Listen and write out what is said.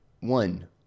One